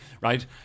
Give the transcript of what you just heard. right